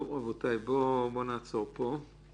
רבותיי, בואו נעצור פה.